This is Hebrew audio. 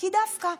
כי דווקא.